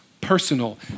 personal